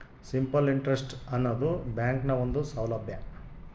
simple interest ಆನದು ಬ್ಯಾಂಕ್ನ ಒಂದು ಸೌಲಬ್ಯಾ